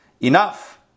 Enough